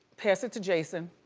pass it to jason.